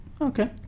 Okay